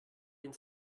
den